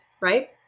right